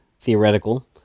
theoretical